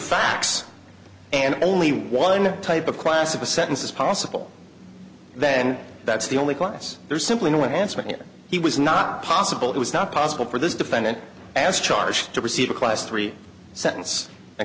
facts and only one type of class of a sentence is possible then that's the only class there's simply no answer he was not possible it was not possible for this defendant as charged to receive a class three sentence